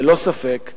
ללא ספק,